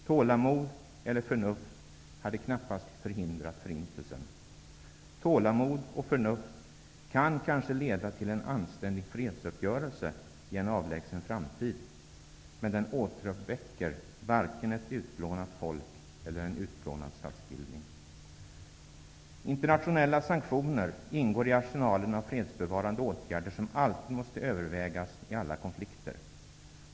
Tålamod eller förnuft hade knappast förhindrat förintelsen. Tålamod och förnuft kan kanske leda till en anständig fredsuppgörelse i en avlägsen framtid. Men den återuppväcker varken ett utplånat folk eller en utplånad statsbildning. Internationella sanktioner ingår i arsenalen av fredsbevarande åtgärder, som alltid måste övervägas i alla konflikter.